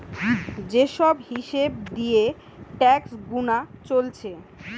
যে সব হিসাব দিয়ে ট্যাক্স গুনা চলছে